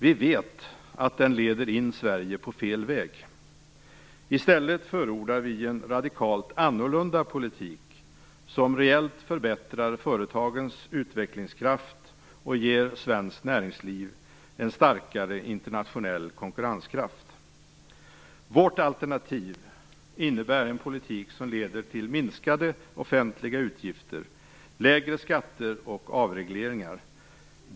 Vi vet att den leder in Sverige på fel väg. I stället förordar vi en radikalt annorlunda politik som reellt förbättrar företagens utvecklingskraft och ger svenskt näringsliv en starkare internationell konkurrenskraft. Vårt alternativ innebär en politik som leder till minskade offentliga utgifter, lägre skatter och avregleringar.